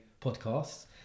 podcasts